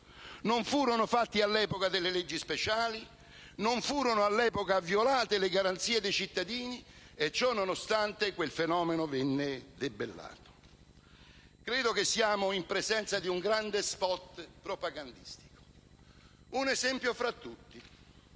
Non furono fatte all'epoca leggi speciali; non furono violate le garanzie dei cittadini e, ciò nonostante, quel fenomeno venne debellato. Credo che siamo in presenza di un grande *spot* propagandistico. Un esempio fra tutti: